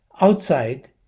outside